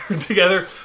together